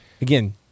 again